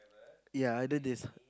ya either this